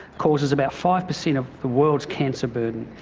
causes about five percent of the world's cancer burden.